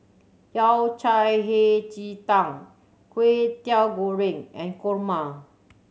Yao Cai Hei Ji Tang Kway Teow Goreng and kurma